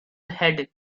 headache